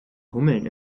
hummeln